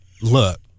look